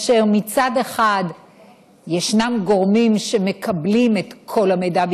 כאשר מצד אחד ישנם גורמים שמקבלים את כל המידע,